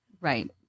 Right